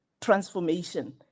transformation